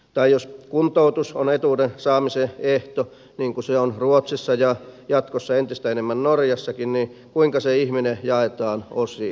tai jos kuntoutus on etuuden saamisen ehto niin kuin se on ruotsissa ja jatkossa entistä enemmän norjassakin niin kuinka se ihminen jaetaan osiin